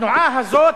התנועה הזאת,